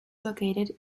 located